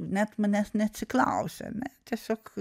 net manęs neatsiklausė ane tiesiog